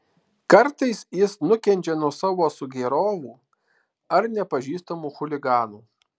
kartais jis nukenčia nuo savo sugėrovų ar nepažįstamų chuliganų